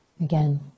Again